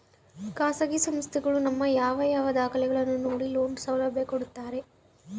ಖಾಸಗಿ ಸಂಸ್ಥೆಗಳು ನಮ್ಮ ಯಾವ ಯಾವ ದಾಖಲೆಗಳನ್ನು ನೋಡಿ ಲೋನ್ ಸೌಲಭ್ಯ ಕೊಡ್ತಾರೆ?